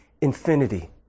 infinity